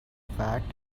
fact